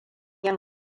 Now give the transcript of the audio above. yin